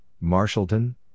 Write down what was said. Marshallton